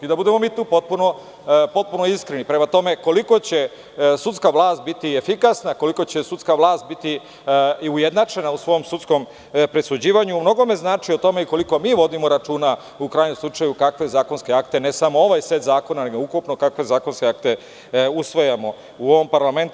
Budimo potpuno iskreni prema tome koliko će sudska vlast biti efikasna, koliko će sudska vlast biti ujednačena u svom sudskom presuđivanju i to u mnogome znači od toga koliko mi vodimo računa, u krajnjem slučaju, kakve zakonske akte, ne samo ovaj set zakona, nego ukupno kakve zakonske akte usvajamo u ovom parlamentu.